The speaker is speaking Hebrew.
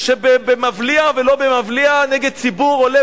שבמבליע ולא במבליע נגד ציבור עולי